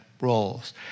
roles